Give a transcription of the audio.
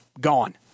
gone